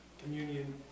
Communion